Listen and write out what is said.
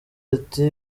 ati